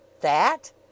That